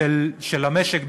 של המשק,